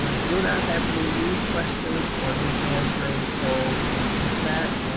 ah do not have any new questions or new hands raised, so with that,